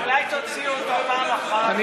אולי תוציא אותו פעם אחת וזהו,